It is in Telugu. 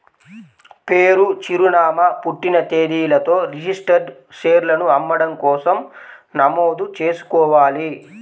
పేరు, చిరునామా, పుట్టిన తేదీలతో రిజిస్టర్డ్ షేర్లను అమ్మడం కోసం నమోదు చేసుకోవాలి